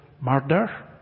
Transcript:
murder